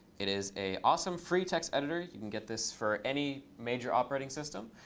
it is a awesome free text editor. you can get this for any major operating system.